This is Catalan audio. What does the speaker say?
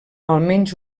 almenys